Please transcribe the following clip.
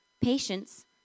patience